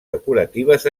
decoratives